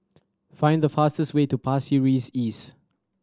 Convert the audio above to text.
find the fastest way to Pasir Ris East